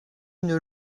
une